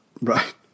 Right